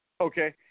Okay